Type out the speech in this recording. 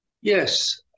Yes